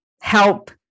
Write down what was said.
help